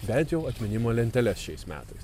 bent jau atminimo lenteles šiais metais